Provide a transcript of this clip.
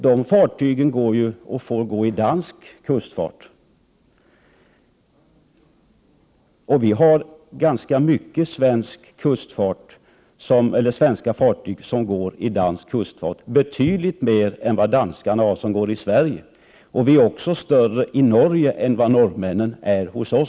Våra fartyg får å andra sidan gå i dansk kustfart. Vi har ganska många svenska fartyg som går i dansk kustfart, betydligt fler än danskarna har som går i Sverige. Vi är också större i Norge än vad norrmännen är hos oss.